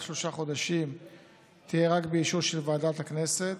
שלושה חודשים תהיה רק באישור של ועדת הכנסת.